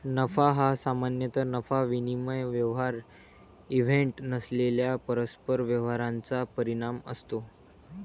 नफा हा सामान्यतः नफा विनिमय व्यवहार इव्हेंट नसलेल्या परस्पर व्यवहारांचा परिणाम असतो